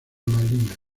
malinas